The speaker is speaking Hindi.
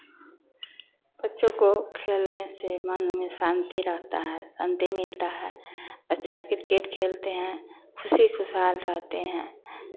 बच्चों को खेलने से मन में शांति रहता है शांति मिलता है बच्चा क्रिकेट खेलते हैं खुशी खुशहाल रहते हैं